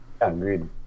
Agreed